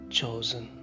chosen